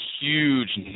huge